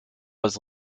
was